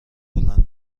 هلند